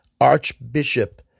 Archbishop